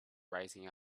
rising